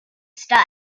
studs